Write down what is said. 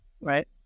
right